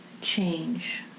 change